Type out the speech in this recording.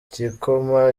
igikoma